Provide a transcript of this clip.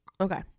Okay